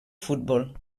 futbol